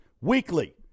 weekly